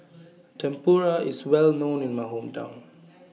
Tempura IS Well known in My Hometown